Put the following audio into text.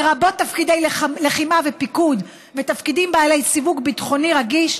לרבות תפקידי לחימה ופיקוד ותפקידים בעלי סיווג ביטחוני רגיש,